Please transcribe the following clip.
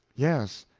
yes.